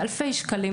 זה אלפי שקלים,